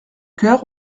coeur